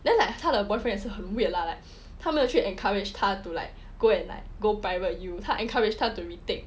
then like 他的 boyfriend 也是很 weird lah like 他没有去 encouraged 他 to like go and like go private U 他 encouraged 他 to retake